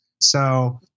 So-